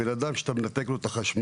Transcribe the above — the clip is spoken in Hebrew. בן אדם שאתה נתק לו את החשמל,